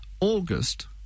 August